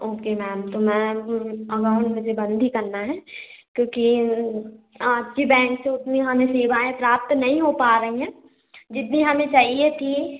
okay ma'am तो ma'am account मुझे बंद ही करना है क्योंकि आपके बैंक से उतनी हमें सेवाएँ प्राप्त नहीं हो पा रही हैं जितनी हमें चाहिए थी